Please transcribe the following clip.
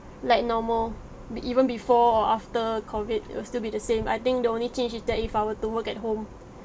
like normal b~ even before or after COVID it will still be the same I think the only change is that if I were to work at home